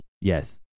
Yes